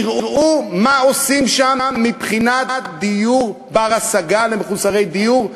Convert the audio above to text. תראו מה עושים שם מבחינת דיור בר-השגה למחוסרי דיור,